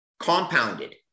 compounded